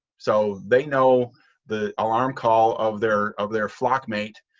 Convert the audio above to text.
so they know the alarm call of their of their flock mate